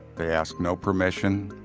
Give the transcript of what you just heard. they ask no permission,